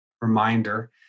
reminder